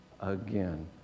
again